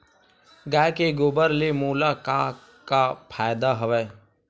गाय के गोबर ले मोला का का फ़ायदा हवय?